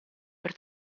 per